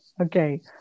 Okay